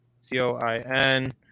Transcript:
C-O-I-N